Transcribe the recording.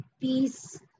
peace